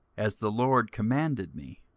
as the lord commanded me.